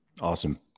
Awesome